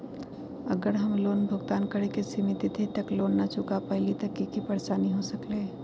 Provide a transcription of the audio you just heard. अगर हम लोन भुगतान करे के सिमित तिथि तक लोन न चुका पईली त की की परेशानी हो सकलई ह?